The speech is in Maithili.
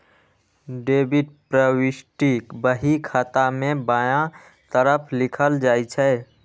डेबिट प्रवृष्टि बही खाता मे बायां तरफ लिखल जाइ छै